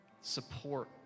support